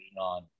on